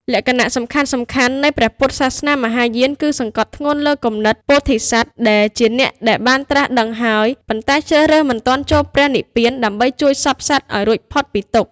លក្ខណៈសំខាន់ៗនៃព្រះពុទ្ធសាសនាមហាយានគឺ សង្កត់ធ្ងន់លើគំនិតពោធិសត្វ ដែលជាអ្នកដែលបានត្រាស់ដឹងហើយ ប៉ុន្តែជ្រើសរើសមិនទាន់ចូលព្រះនិព្វាន ដើម្បីជួយសព្វសត្វឱ្យរួចផុតពីទុក្ខ។